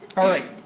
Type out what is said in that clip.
alright,